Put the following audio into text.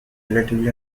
relatively